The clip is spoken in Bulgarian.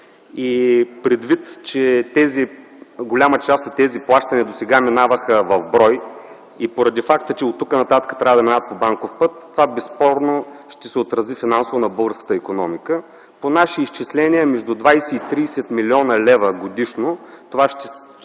Предвид, че голяма част от тези плащания досега минаваха в брой и поради факта, че оттук нататък трябва да минават по банков път, това безспорно ще се отрази финансово на българската икономика. По наши изчисления между 20 и 30 млн. лв. годишно. Това ще струва